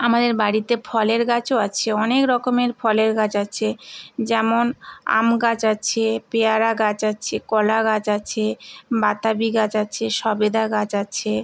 আমাদের বাড়িতে ফলের গাছও আছে অনেক রকমের ফলের গাছ আছে যেমন আম গাছ আছে পেয়ারা গাছ আছে কলা গাছ আছে বাতাবি গাছ আছে সবেদা গাছ আছে